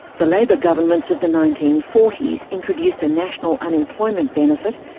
the labor governments of the nineteen forty s introduced a national unemployment benefit,